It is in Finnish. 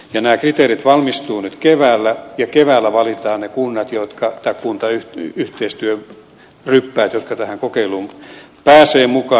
nämä kriteerit valmistuvat nyt keväällä ja keväällä valitaan ne kuntayhteistyöryppäät jotka tähän kokeiluun pääsevät mukaan